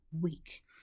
week